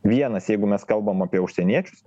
vienas jeigu mes kalbam apie užsieniečius